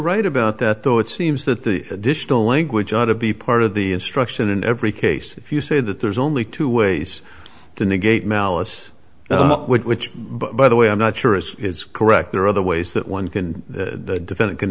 right about that though it seems that the additional language ought to be part of the instruction in every case if you say that there's only two ways to negate malice which by the way i'm not sure is correct there are other ways that one can the defendant can